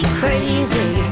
crazy